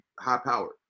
high-powered